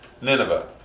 Nineveh